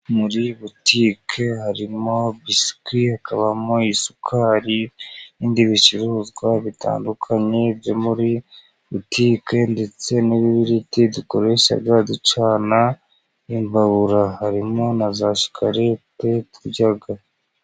Muri botike harimo: biswi, hakabamo isukari n'ibindi bicuruzwa bitandukanye, byo muri botike ndetse n'ibibiriti dukoresha ducana imbabura, harimo na shikarete turya.